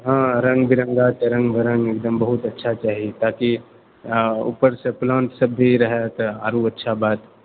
हँ रङ्ग विरङ्गा एकदम बहुत अच्छा चाही ताकि ऊपरसंँ प्लांट सब भी रहए तऽ आरो अच्छा बात